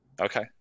okay